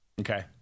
Okay